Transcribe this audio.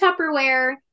Tupperware